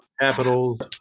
Capitals